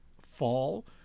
fall